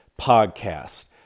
podcast